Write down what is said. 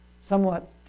somewhat